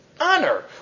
honor